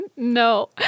No